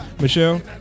Michelle